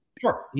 Sure